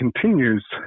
continues